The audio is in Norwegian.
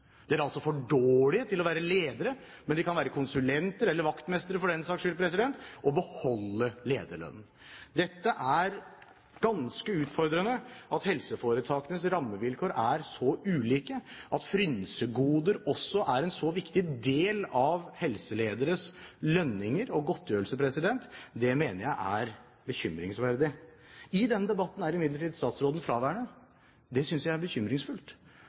er altså for dårlige til å være ledere, men de kan være konsulenter eller vaktmestere, for den saks skyld, og beholde lederlønnen. Jeg mener det er ganske utfordrende og bekymringsfullt at helseforetakenes rammevilkår er så ulike at frynsegoder også er en så viktig del av helselederes lønninger og godtgjørelser. I denne debatten er imidlertid statsråden fraværende. Det synes jeg er bekymringsfullt,